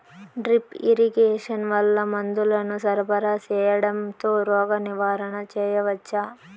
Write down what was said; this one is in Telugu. డ్రిప్ ఇరిగేషన్ వల్ల మందులను సరఫరా సేయడం తో రోగ నివారణ చేయవచ్చా?